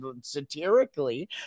satirically